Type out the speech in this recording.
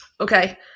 Okay